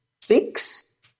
six